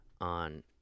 on